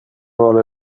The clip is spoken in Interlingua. vole